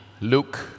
Luke